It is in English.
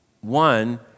One